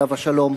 עליו השלום,